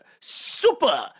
Super